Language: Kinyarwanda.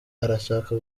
arashaka